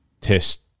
test